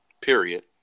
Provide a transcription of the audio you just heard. period